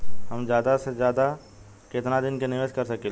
हम ज्यदा से ज्यदा केतना दिन के निवेश कर सकिला?